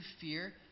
fear